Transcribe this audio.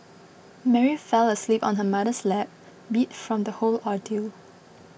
Mary fell asleep on her mother's lap beat from the whole ordeal